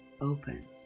open